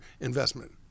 investment